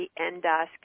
endoscopy